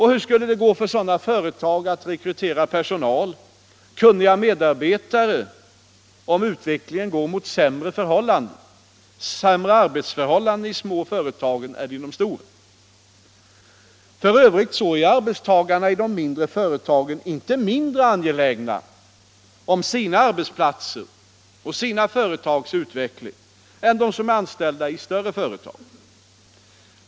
Hur skall sådana företag kunna rekrytera kunniga medarbetare, om utvecklingen går mot sämre arbetsförhållanden i de små företagen än i de stora? F. ö. är arbetstagarna i de mindre företagen inte mindre angelägna om sina arbetsplatser och sina företags utveckling än de som är anställda i större företag.